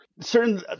certain